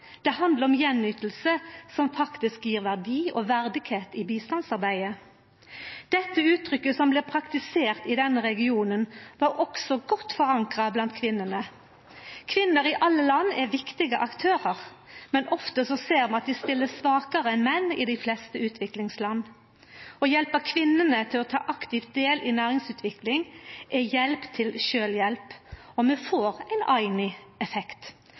Det handlar om gjenyting, som faktisk gjev verdi og verdigheit i bistandsarbeidet. Dette uttrykket, som blei praktisert i denne regionen, var også godt forankra blant kvinnene. Kvinner i alle land er viktige aktørar, men ofte ser vi at dei stiller svakare enn menn i dei fleste utviklingslanda. Å hjelpa kvinnene til aktivt å ta del i næringsutvikling er hjelp til sjølvhjelp, og vi får ein